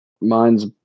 Mine's